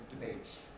Debates